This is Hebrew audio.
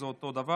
זה אותו דבר,